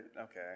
Okay